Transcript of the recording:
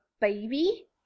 baby